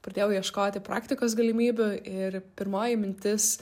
pradėjau ieškoti praktikos galimybių ir pirmoji mintis